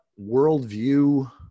worldview